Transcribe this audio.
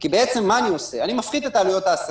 כי אני מפחית את עלויות ההעסקה.